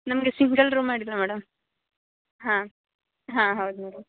ನಮಗೆ single room ಅಡ್ಡಿಲ್ಲ madam ಹಾಂ ಹಾಂ ಹೌದು ಮೇಡಮ್